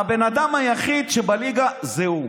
הבן אדם היחיד שבליגה זה הוא.